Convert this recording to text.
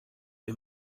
wir